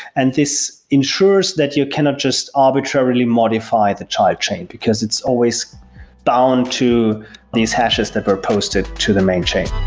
and this ensures that you cannot just arbitrarily modify the child chain, because it's always bound to these hashes that were posted to the main chain.